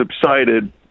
subsided